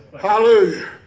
Hallelujah